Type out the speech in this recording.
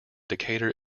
decatur